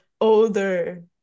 older